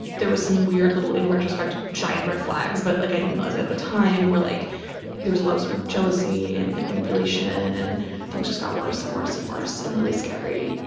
there was some weird little in retrospect giant red flags but like i didn't buzz at the time were like there was a lot sort of jealousy and manipulation and things just got worse and worse and worse and really scary.